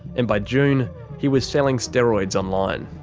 and by june he was selling steroids online.